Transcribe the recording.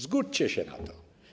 Zgódźcie się na to.